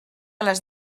les